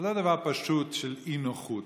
זה לא דבר פשוט של אי-נוחות.